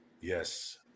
Yes